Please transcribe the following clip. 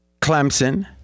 Clemson